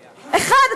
אחד.